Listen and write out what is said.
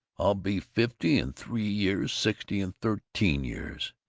i'll be fifty in three years. sixty in thirteen years.